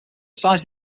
size